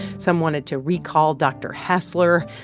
some wanted to recall dr. hassler.